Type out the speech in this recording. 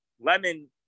lemon